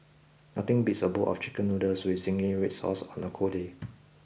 nothing beats a bowl of Chicken Noodles with Zingy Red Sauce on a cold day